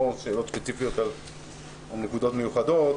או שאלות ספציפיות על נקודות מיוחדות,